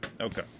okay